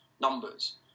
numbers